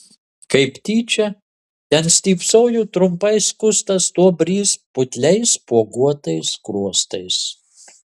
kaip tyčia ten stypsojo trumpai skustas stuobrys putliais spuoguotais skruostais